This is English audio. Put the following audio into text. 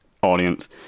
audience